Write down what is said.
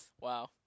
Wow